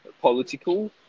political